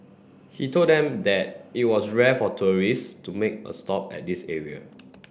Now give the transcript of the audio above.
he told them that it was rare for tourists to make a stop at this area